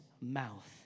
Mouth